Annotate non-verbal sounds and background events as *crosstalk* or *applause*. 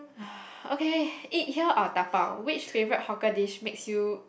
*breath* okay eat here or dabao which favourite hawker dish makes you